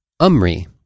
Umri